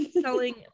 Selling